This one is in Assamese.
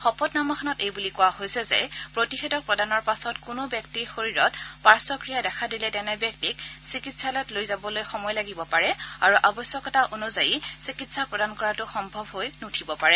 শপতনামাখনত এই বুলি কোৱা হৈছে যে প্ৰতিষেধক প্ৰদানৰ পাছত কোনো ব্যক্তিৰ শৰীৰত পাৰ্শক্ৰিয়া দেখা দিলে তেনে ব্যক্তিক চিকিৎসালয়লৈ লৈ যাবলৈ সময় লাগিব পাৰে আৰু আৱশ্যকতা অনুযায়ী চিকিৎসা প্ৰদান কৰাটো সম্ভৱ হৈ নুঠিব পাৰে